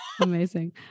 Amazing